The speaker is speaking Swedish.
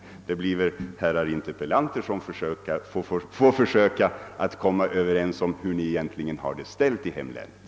Herrar interpellanter får väl försöka avgöra hur det egentligen är ställt i hemlänet.